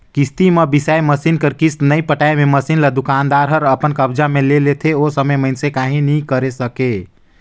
किस्ती म बिसाए मसीन कर किस्त नइ पटाए मे मसीन ल दुकानदार हर अपन कब्जा मे ले लेथे ओ समे में मइनसे काहीं नी करे सकें